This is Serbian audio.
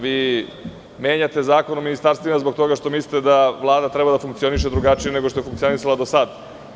Vi menjate Zakon o ministarstvima zbog toga što mislite da Vlada treba da funkcioniše drugačije nego što je funkcionisala do sada.